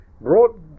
brought